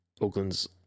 Oakland's